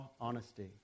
honesty